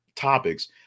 Topics